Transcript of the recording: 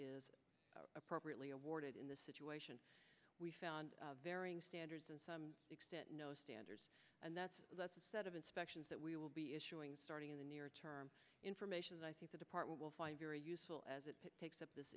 is appropriately awarded in this situation we found varying standards and some extent no standards and that's a set of inspections that we will be issuing starting in the near term information that i think the department will find very useful as it takes up this